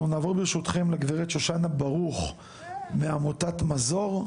אנחנו נעבור לגברת שושנה ברוך מעמותת מזור,